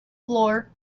floor